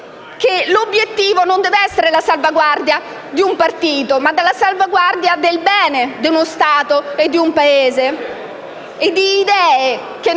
l'obiettivo non debba essere la salvaguardia di un partito, ma la salvaguardia del bene di uno Stato e di un Paese e di idee che non hanno